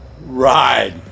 ride